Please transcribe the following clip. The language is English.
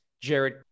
Jared